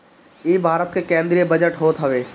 इ भारत के केंद्रीय बजट होत हवे